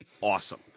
awesome